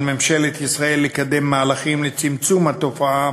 על ממשלת ישראל לקדם מהלכים לצמצום התופעה